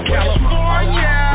California